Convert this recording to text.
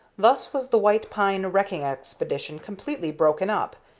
thus was the white pine wrecking expedition completely broken up,